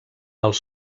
els